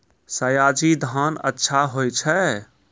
सयाजी धान अच्छा होय छै?